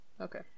okay